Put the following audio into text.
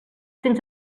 cent